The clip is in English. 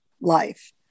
life